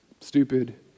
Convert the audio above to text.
Stupid